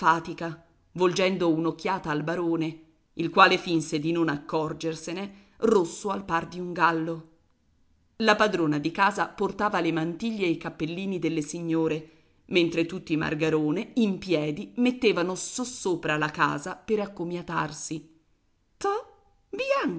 volgendo un'occhiata al barone il quale finse di non accorgersene rosso al par di un gallo la padrona di casa portava le mantiglie e i cappellini delle signore mentre tutti i margarone in piedi mettevano sossopra la casa per accomiatarsi to bianca